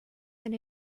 and